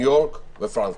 ניו-יורק ופרנקפורט.